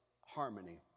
harmony